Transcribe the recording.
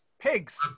Pigs